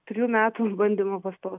trijų metų išbandymų pastot